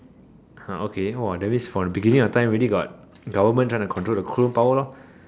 !huh! okay !wah! that means from the beginning of time already got government trying to control the clone power lor